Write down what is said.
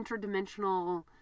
interdimensional